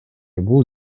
бул